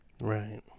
right